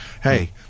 hey